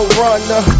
runner